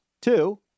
Two